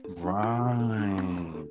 right